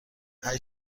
هشت